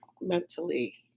mentally